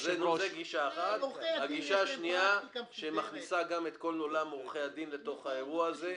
הגישה השנייה שמכניסה את כל עולם עורכי הדין לתוך האירוע הזה.